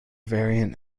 variant